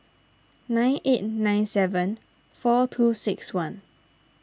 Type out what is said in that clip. nine eight nine seven four two six one